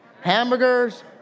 hamburgers